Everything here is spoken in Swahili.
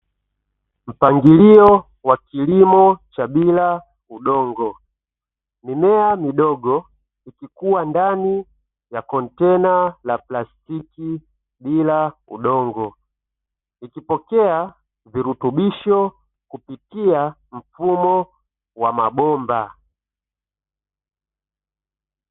Mpangilio wa kilimo cha bila udongo, mimea midogo ikikuwa ndani ya kontena la plastiki bila udongo, ikipokea virutubisho kutokea mfumo wa mabomba.